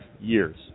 years